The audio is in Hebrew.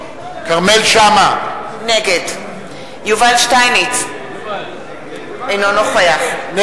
כרמל שאמה, נגד יובל שטייניץ, נגד